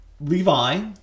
Levi